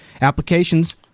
Applications